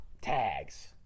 tags